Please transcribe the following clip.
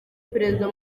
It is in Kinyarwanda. perezida